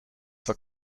zwar